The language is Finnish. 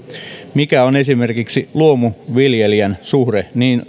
mikä on esimerkiksi luomuviljelijän suhde niin